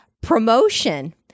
promotion